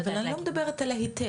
אבל אני לא מדברת על ההיתר,